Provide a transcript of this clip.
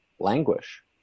languish